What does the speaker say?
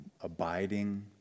abiding